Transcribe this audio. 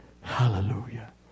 Hallelujah